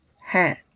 hat